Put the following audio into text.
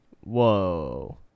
Whoa